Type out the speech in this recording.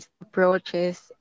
approaches